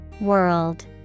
World